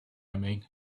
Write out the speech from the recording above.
mean